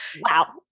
wow